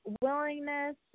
willingness